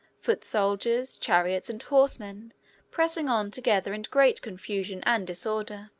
foot soldiers, chariots, and horsemen pressing on together in great confusion and disorder.